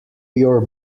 your